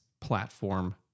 platform